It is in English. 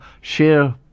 share